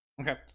Okay